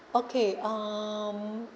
okay um